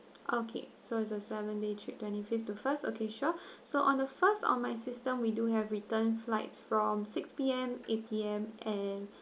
okay so it's a seven day trip twenty fifth to first okay sure so on the first on my system we do have return flights from six P_M eight P_M and